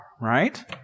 Right